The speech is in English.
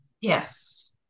Yes